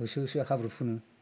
होसो होसो हाब्रु फुनो